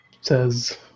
says